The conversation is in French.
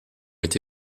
été